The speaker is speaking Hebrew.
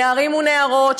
נערים ונערות,